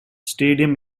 stadium